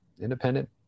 independent